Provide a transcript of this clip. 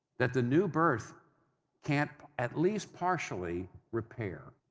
that the new birth can't, at least partially, repair.